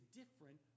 different